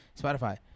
Spotify